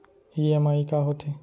EMI का होथे?